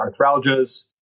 arthralgias